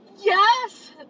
Yes